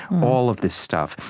all of this stuff.